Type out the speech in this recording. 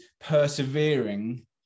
persevering